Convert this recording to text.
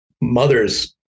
mothers